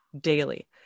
daily